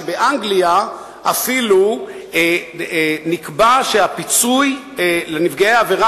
באנגליה אפילו נקבע שהפיצוי לנפגעי העבירה